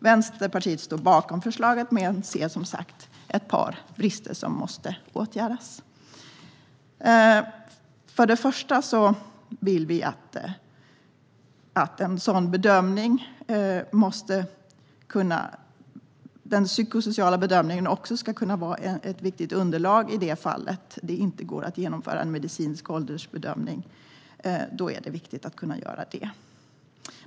Vänsterpartiet står bakom förslaget men ser som sagt ett par brister som måste åtgärdas. Vi vill att den psykosociala bedömningen ska kunna vara ett viktigt underlag i de fall det inte går att genomföra en medicinsk ålderbedömning. Det är viktigt att kunna göra detta.